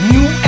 New